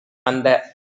அந்த